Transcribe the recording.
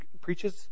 preaches